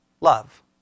love